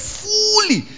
fully